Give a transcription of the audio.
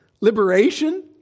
Liberation